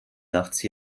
nachts